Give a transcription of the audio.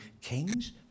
kings